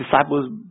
disciples